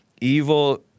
evil